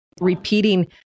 repeating